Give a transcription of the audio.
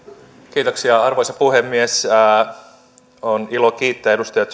kiitoksia arvoisa puhemies on ilo kiittää edustaja